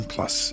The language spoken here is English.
Plus